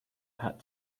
had